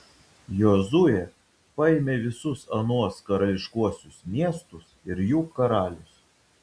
jozuė paėmė visus anuos karališkuosius miestus ir jų karalius